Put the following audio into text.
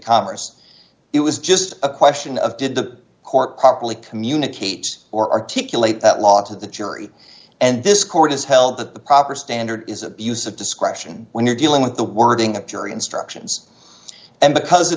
commerce it was just a question of did the court properly communicate or articulate that law to the jury and this court has held that the proper standard is abuse of discretion when you're dealing with the wording of jury instructions and because the